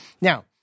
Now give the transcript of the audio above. Now